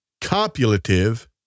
copulative